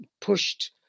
pushed